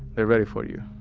they're ready for you.